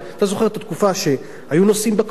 אתה זוכר את התקופה שהיו נוסעים בכביש,